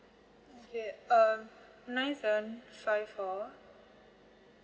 th~ err nine seven five four